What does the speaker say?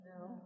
No